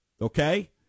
Okay